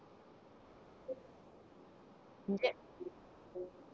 you get